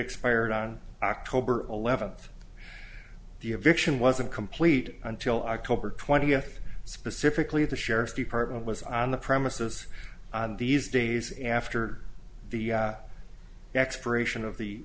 expired on october eleventh the eviction wasn't complete until october twentieth specifically the sheriff's department was on the premises these days after the expiration of the